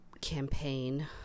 campaign